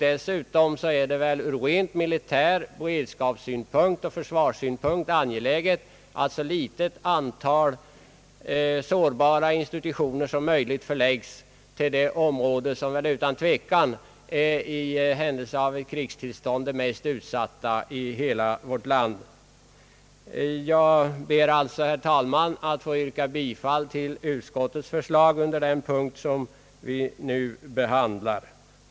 Dessutom är det väl ur ren militär beredskapssynvinkel och ur försvarets synvinkel angeläget att så litet antal sårbara institutioner som möjligt förlägges till storstockholmsområdet, det område som väl utan tvekan i händelse av krigstillstånd är mest utsatt i hela vårt land. Jag ber, herr talman, att få yrka bifall till utskottets förslag under den punkt som vi nu behandlar.